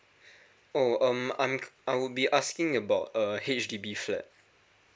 oh um I'm I will be asking about um H_D_B flat